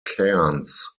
cairns